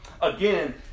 Again